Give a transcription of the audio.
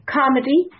comedy